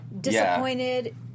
Disappointed